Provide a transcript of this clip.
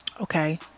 Okay